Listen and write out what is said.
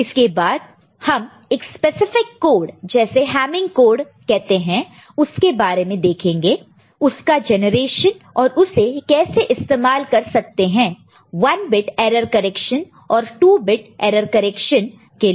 इसके बाद हम एक स्पेसिफिक कोड जिसे हैमिंग कोड कहते है उसके बारे में देखेंगे उसका जनरेशन और उसे कैसे इस्तेमाल कर सकते हैं 1 बिट एरर करेक्शन और 2 बिट एरर डिटेक्शन के लिए